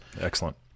Excellent